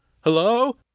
Hello